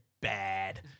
bad